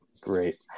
Great